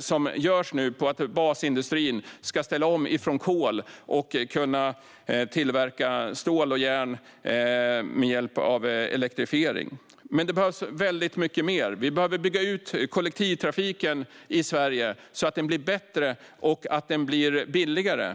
som nu görs på att basindustrin ska ställa om från kol och kunna tillverka stål och järn med hjälp av elektrifiering. Men det behövs väldigt mycket mer. Vi behöver bygga ut kollektivtrafiken i Sverige så att den blir bättre och billigare.